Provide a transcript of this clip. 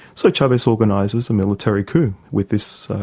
so chavez organises a military coup with this